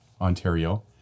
Ontario